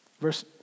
Verse